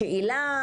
השאלה,